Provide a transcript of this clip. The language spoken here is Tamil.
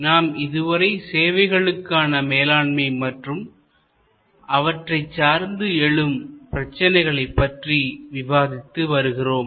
நாம் இதுவரை சேவைகளுக்கான மேலாண்மை மற்றும் அவற்றை சார்ந்து எழும் பிரச்சனைகள் பற்றி விவாதித்து வருகிறோம்